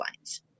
lines